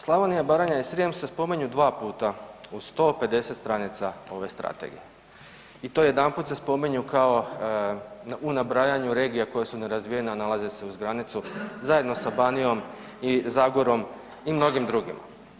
Slavonija, Baranja i Srijem se spominju dva puta u 150 stranica ove strategije i to jedanput se spominju kao u nabrajanju regija koje su nerazvijene a nalaze se uz granicu zajedno sa Banijom i Zagorom i mnogim drugim.